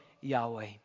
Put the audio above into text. Yahweh